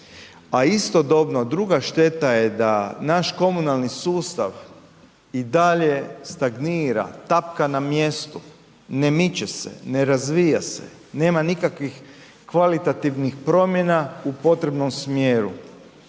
A istodobno druga šteta je da naš komunalni sustav i dalje stagnira, tapka na mjestu, ne miče se, ne razvija se, nema nikakvih kvalitativnih promjena u potrebnom smjeru.